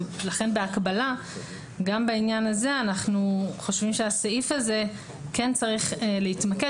לכן בהקבלה גם בעניין הזה אנחנו חושבים שהסעיף הזה כן צריך להתמקד